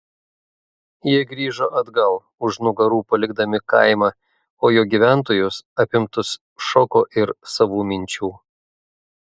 jie grįžo atgal už nugarų palikdami kaimą o jo gyventojus apimtus šoko ir savų minčių